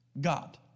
God